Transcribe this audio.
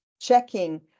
checking